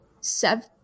seven